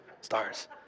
stars